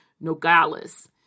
Nogales